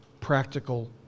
practical